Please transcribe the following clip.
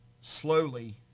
slowly